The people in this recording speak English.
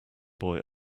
boy